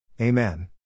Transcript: Amen